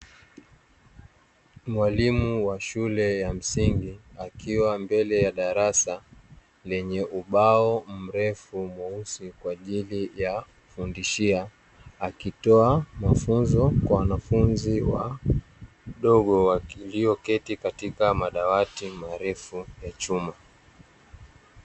Mwalimu wa shule ya msingi akiwa mbele ya darasa lenye ubao mrefu mweusi kwa ajili ya kufundishia, akitoa mafunzo kwa wanafunzi wadogo walioketi katika madawati marefu ya chuma.